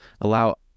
Allow